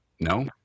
no